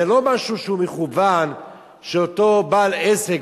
זה לא משהו שהוא מכוון שאותו בעל עסק,